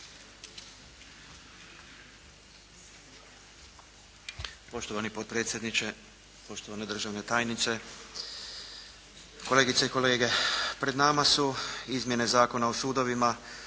Poštovani potpredsjedniče, poštovane državne tajnice, kolegice i kolege. Pred nama su izmjene Zakona o sudovima